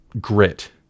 grit